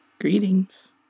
Greetings